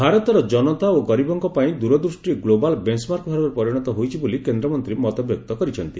ଭାରତର ଜନତା ଓ ଗରିବଙ୍କ ପାଇଁ ଦୂରଦୃଷ୍ ଗ୍ଲୋବାଲ୍ ବେଞ୍ମାର୍କ ଭାବରେ ପରିଶତ ହୋଇଛି ବୋଲି କେନ୍ଦ୍ରମନ୍ତୀ ମତବ୍ୟକ୍ତ କରିଛନ୍ତି